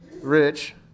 rich